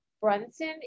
Brunson